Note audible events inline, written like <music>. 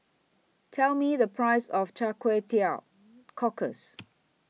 Tell Me The Price of <noise> Kway Teow Cockles